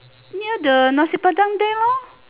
near the nasi-padang there lor